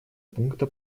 пункта